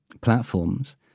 platforms